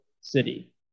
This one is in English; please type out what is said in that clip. city